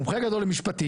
מומחה גדול למשפטים,